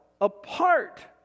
apart